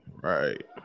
right